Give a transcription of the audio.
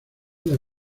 las